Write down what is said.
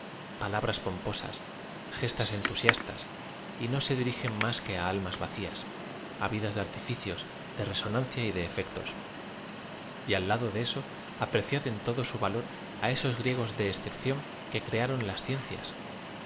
palabras pomposas gestas entuaiastss y no se dirigen más que á almas vacías á vidas de artifcioa de resonancia y de efectos y al lado de eso apreciad en todo su valor á esos griegos de excepción que crearon las